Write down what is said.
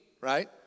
right